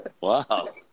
Wow